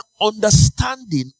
understanding